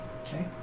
Okay